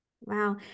Wow